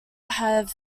have